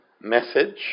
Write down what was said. message